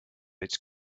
its